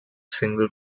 single